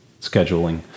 scheduling